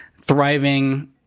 thriving